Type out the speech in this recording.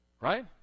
Right